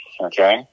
okay